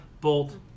bolt